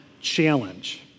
challenge